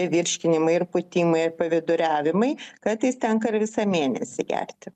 virškinimai ir pūtimai ir paviduriavimai kartais tenka ir visą mėnesį gerti